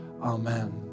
Amen